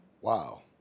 wow